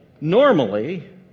normally